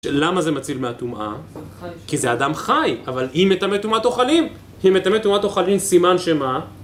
למה זה מציל מהתומעה? כי זה אדם חי, אבל היא מתאמת תומעת אוכלים היא מתאמת תומעת אוכלים סימן שמה